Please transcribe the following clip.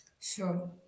Sure